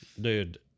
Dude